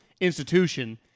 Institution